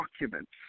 documents